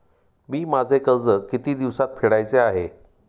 मी माझे कर्ज किती दिवसांत फेडायचे आहे?